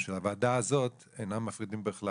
שמחתי שהחברים,